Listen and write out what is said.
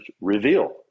reveal